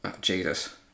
Jesus